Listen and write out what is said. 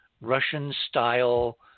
Russian-style